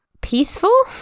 Peaceful